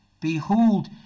Behold